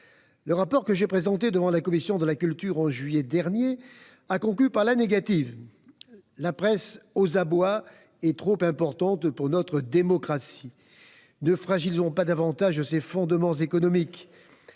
d'information que j'ai présenté devant la commission de la culture au mois de juillet dernier a conclu par la négative. La presse aux abois est trop importante pour notre démocratie. Ne fragilisons pas davantage ses fondements économiques